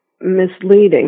misleading